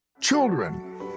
Children